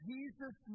Jesus